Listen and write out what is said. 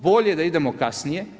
Bolje da idemo kasnije.